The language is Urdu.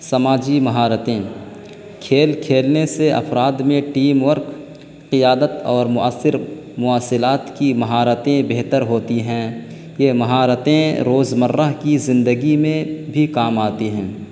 سماجی مہارتیں کھیل کھیلنے سے افراد میں ٹیم ورک قیادت اور مؤثر مواصلات کی مہارتیں بہتر ہوتی ہیں یہ مہارتیں روزمرہ کی زندگی میں بھی کام آتی ہیں